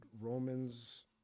Romans